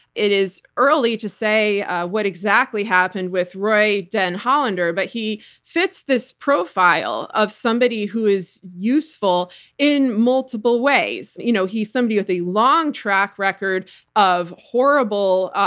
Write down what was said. it is early to say what exactly happened with roy den hollander, but he fits this profile of somebody who is useful in multiple ways. you know he's somebody with the long track record of horrible,